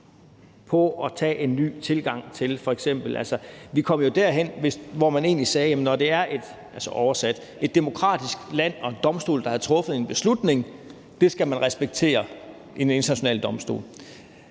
til at tage en ny tilgang til det. Vi kom jo f.eks. derhen, hvor man egentlig sagde – altså oversat – at når det er et demokratisk land og en domstol, der har truffet en beslutning, så skal man respektere det ved en international domstol.